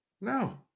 No